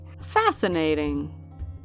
Fascinating